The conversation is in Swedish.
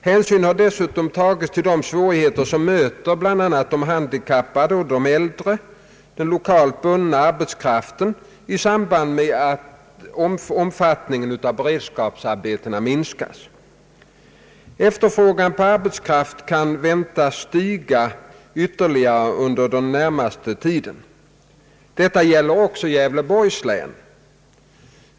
Hänsyn har dessutom tagits till de svårigheter som möter bl.a. de handikappade och den äldre, lokalt bundna arbetskraften i samband med att omfattningen av beredskapsarbetena minskas. Efterfrågan på arbetskraft kan väntas stiga ytterligare under den närmaste tiden. Detta gäller också Gävleborgs län.